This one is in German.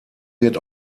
wird